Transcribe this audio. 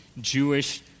Jewish